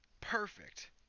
perfect